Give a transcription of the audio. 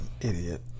idiot